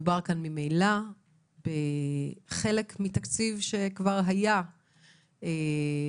מדובר כאן ממילא בחלק מתקציב שכבר היה מאושר